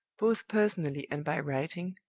both personally and by writing,